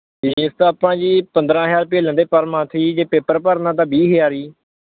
ਇੱਕ ਆਪਾਂ ਜੀ ਪੰਦਰਾਂ ਹਜ਼ਾਰ ਰੁਪਏ ਲੈਂਦੇ ਪਰ ਮੰਨਥ ਜੀ ਜੇ ਪੇਪਰ ਭਰਨਾ ਤਾਂ ਵੀਹ ਹਜ਼ਾਰ ਜੀ